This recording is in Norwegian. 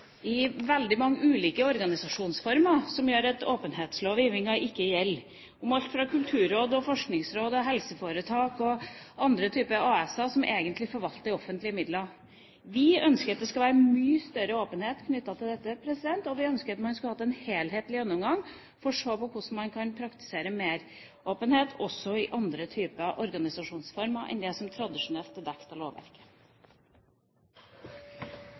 veldig mange ulike organisasjonsformer, som gjør at åpenhetslovgivningen ikke gjelder – alt fra kulturråd, forskningsråd, helseforetak og andre typer AS-er som egentlig forvalter offentlige midler. Vi ønsker at det skal være mye større åpenhet knyttet til dette. Vi ønsker at man skal ha en helhetlig gjennomgang for å se på hvordan man kan praktisere mer åpenhet også i andre organisasjonsformer enn det som tradisjonelt er dekket i lovverket.